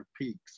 peaks